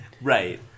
Right